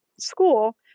school